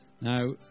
Now